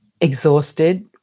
exhausted